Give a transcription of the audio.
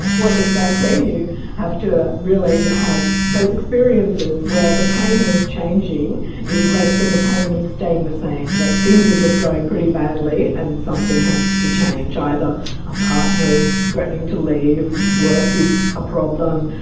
ah well, exactly, you have to really have those experiences where the pain of changing is less than the pain of staying the same, that things are just going pretty badly and something has to change, either a partner is threatening to leave, work is a problem.